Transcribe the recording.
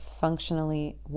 functionally